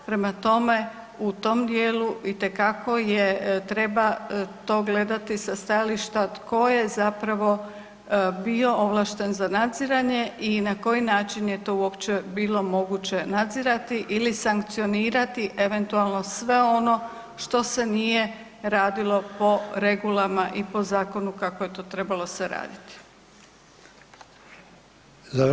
Prema tome, u tom dijelu itekako je, treba to gledati sa stajališta tko je zapravo bio ovlašten za nadziranje i na koji način je to uopće bilo moguće nadzirati ili sankcionirati eventualno sve ono što se nije radilo po regulama i po zakonu kako je to trebalo se raditi.